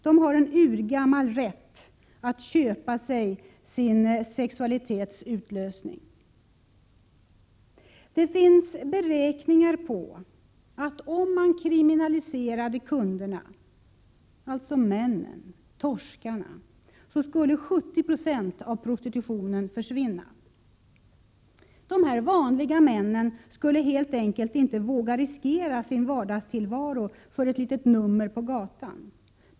De har en urgammal rätt att köpa sig sin sexualitets utlösning. Det finns beräkningar som visar att om man kriminaliserade kunderna — alltså männen, torskarna — skulle 70 26 av prostitutionen försvinna. De här vanliga männen skulle helt enkelt inte våga riskera sin vardagstillvaro för ett litet nummer på gatan.